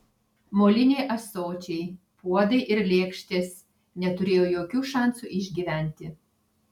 moliniai ąsočiai puodai ir lėkštės neturėjo jokių šansų išgyventi